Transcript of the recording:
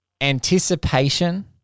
anticipation